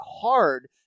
hard